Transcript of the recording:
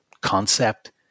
concept